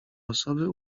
osoby